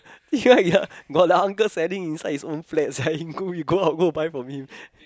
ya ya got the uncle selling inside his own flat sia you go you go out go buy from him